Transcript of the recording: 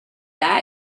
that